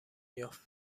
یافت